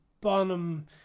Bonham